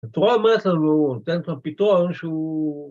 התורה אומרת לנו... נותנת לנו פתרון, שהוא...